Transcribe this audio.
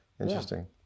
Interesting